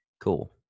Cool